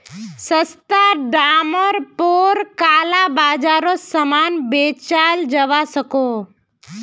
सस्ता डामर पोर काला बाजारोत सामान बेचाल जवा सकोह